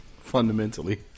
fundamentally